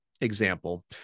example